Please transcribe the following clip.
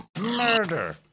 Murder